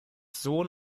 sohn